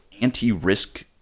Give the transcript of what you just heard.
anti-risk